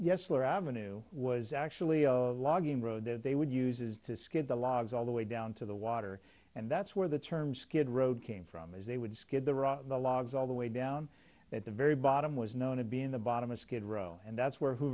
yes lower avenue was actually logging road that they would use is to skid the logs all the way down to the water and that's where the term skid road came from is they would skid the route of the logs all the way down at the very bottom was known to be in the bottom of skid row and that's where